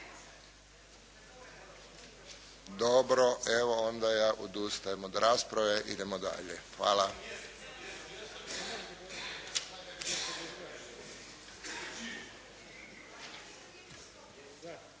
Dobro. Onda ja evo odustajem od rasprave. Idemo dalje. Hvala. Hvala.